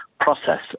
process